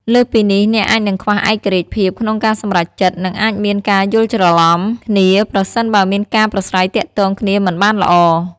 លើសពីនេះ អ្នកអាចនឹងខ្វះឯករាជ្យភាពក្នុងការសម្រេចចិត្ត និងអាចមានការយល់ច្រឡំគ្នា ប្រសិនបើមានការប្រាស្រ័យទាក់ទងគ្នាមិនបានល្អ។